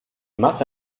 masse